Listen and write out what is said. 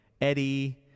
Eddie